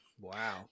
Wow